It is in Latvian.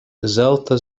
zelta